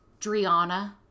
Driana